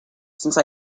since